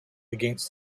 against